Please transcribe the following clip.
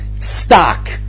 stock